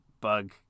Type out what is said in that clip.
bug